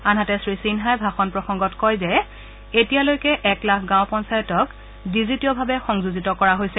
আনহাতে শ্ৰী সিনহাই ভাষণ প্ৰসংগত কয় যে এতিয়ালৈকে এক লাখ গাঁও পঞ্চায়তক ডিজিটিঅভাৱে সংযোজিত কৰা হৈছে